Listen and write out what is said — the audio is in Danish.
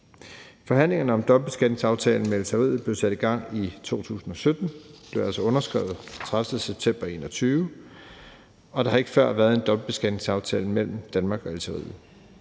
Forhandlingerne om dobbeltbeskatningsaftalen med Algeriet blev sat i gang i 2017 og blev altså underskrevet den 30. september 2021, og der har ikke før været en dobbeltbeskatningsaftale mellem Danmark og Algeriet.